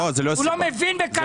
לא, זו לא הסיבה.